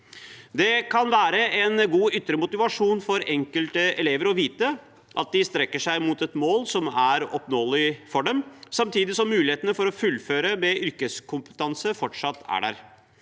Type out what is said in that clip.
Det kan være en god ytre motivasjon for enkelte elever å vite at de strekker seg mot et mål som er oppnåelig for dem, samtidig som mulighetene for å fullføre med yrkeskompetanse fortsatt er der.